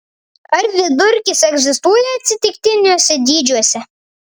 ar vidurkis egzistuoja atsitiktiniuose dydžiuose